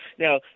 Now